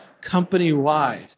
company-wide